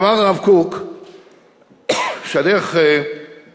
אמר הרב קוק שהדרך להתמודד,